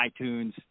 iTunes